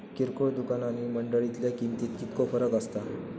किरकोळ दुकाना आणि मंडळीतल्या किमतीत कितको फरक असता?